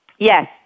Yes